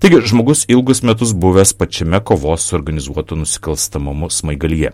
taigi žmogus ilgus metus buvęs pačiame kovos su organizuotu nusikalstamumu smaigalyje